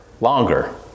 longer